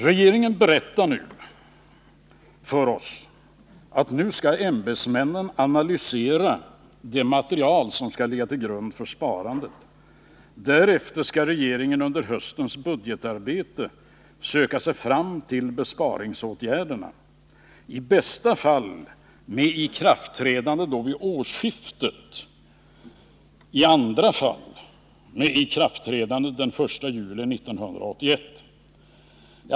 Regeringen talar om för oss att ämbetsmännen nu skall analysera det material som skall ligga till grund för sparandet. Därefter skall regeringen i samband med höstens budgetarbete söka sig fram till besparingsåtgärderna — i bästa fall med ikraftträdande vid årsskiftet, i annat fall med ikraftträdande den 1 juli 1981.